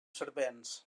servents